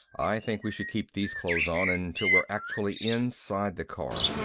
i think we should keep these clothes on until we're actually inside the car.